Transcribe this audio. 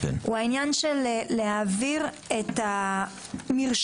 הוא העניין של להעביר את המרשמים